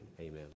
Amen